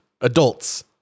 Adults